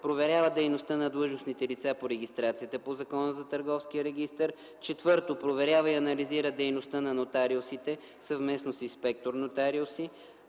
проверява дейността на длъжностните лица по регистрацията по Закона за търговския регистър; 4. проверява и анализира дейността на нотариусите съвместно с инспектор-нотариуси;